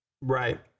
right